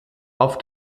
auf